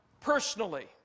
personally